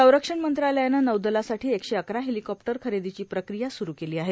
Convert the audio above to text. संरक्षण मंत्रालयानं नौदलासाठी एकशे अकरा हेलिकॉप्टर खरेदीची प्रक्रिया स्रू केली आहे